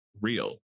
real